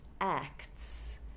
acts